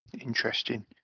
Interesting